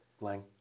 Lang